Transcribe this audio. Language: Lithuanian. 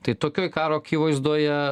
tai tokioj karo akivaizdoje